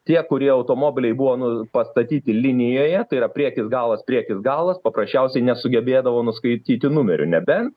tie kurie automobiliai buvo nu pastatyti linijoje tai yra priekis galas priekis galas paprasčiausiai nesugebėdavo nuskaityti numerių nebent